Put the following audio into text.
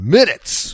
minutes